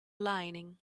lining